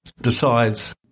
decides